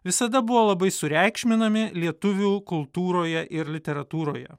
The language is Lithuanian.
visada buvo labai sureikšminami lietuvių kultūroje ir literatūroje